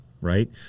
right